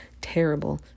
terrible